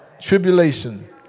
tribulation